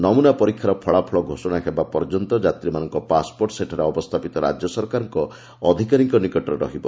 ନମୁନା ପରୀକ୍ଷାର ଫଳାଫଳ ଘୋଷଣା ହେବା ପର୍ଯ୍ୟନ୍ତ ଯାତ୍ରୀମାନଙ୍କ ପାସ୍ପୋର୍ଟ ସେଠାରେ ଅବସ୍ଥାପିତ ରାଜ୍ୟ ସରକାରଙ୍କ ଅଧିକାରୀଙ୍କ ନିକଟରେ ରହିବ